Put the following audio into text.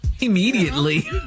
Immediately